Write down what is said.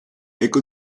ecco